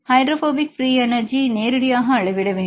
hydrophobic free energy நேரடியாக அளவிட வேண்டும்